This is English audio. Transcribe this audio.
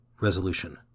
Resolution